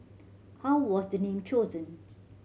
how was the name chosen